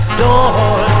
door